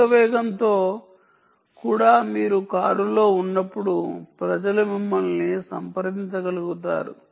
అధిక వేగంతో కూడా మీరు కారులో ఉన్నప్పుడు ప్రజలు మిమ్మల్ని సంప్రదించగలుగుతారు